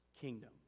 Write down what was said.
kingdom